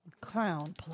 clown